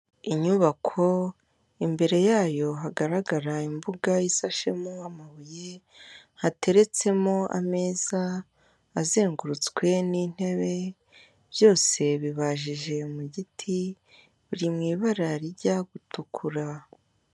Umuhanada munini utwawemo ibinyabiziga bigiye bitandukanye, igikamyo gifite ibara ry'umweru kikaba kikoreye hejuru yaho hakaba hariho n'umuntu, hino gatoya hakaba hariho ipikipiki ifite ibara ry'umutuku, ikaba iriho n'umumotari ndetse ikaba inikoreye umutwaro.